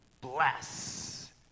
bless